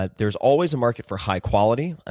there's always a market for high quality,